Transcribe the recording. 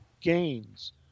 gains